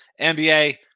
NBA